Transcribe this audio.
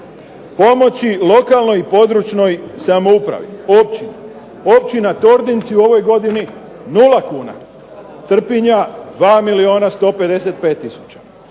pomoći lokalnoj i područnoj samoupravi, općini, općina Torinci u ovoj godini 0 kuna, Trpinja 2 milijuna 155 tisuća,